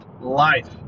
Life